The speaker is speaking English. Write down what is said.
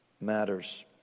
matters